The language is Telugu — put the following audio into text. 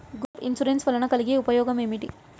గ్రూప్ ఇన్సూరెన్స్ వలన కలిగే ఉపయోగమేమిటీ?